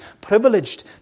privileged